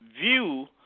view